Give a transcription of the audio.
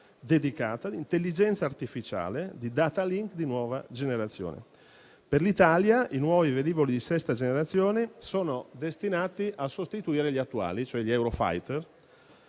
dedicata di intelligenza artificiale, di *data link* di nuova generazione. Per l'Italia i nuovi velivoli di sesta generazione sono destinati a sostituire gli attuali, cioè gli Eurofighter,